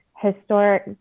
historic